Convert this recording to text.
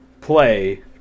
play